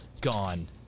gone